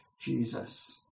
Jesus